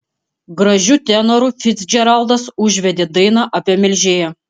gražiu tenoru ficdžeraldas užvedė dainą apie melžėją